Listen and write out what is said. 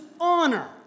honor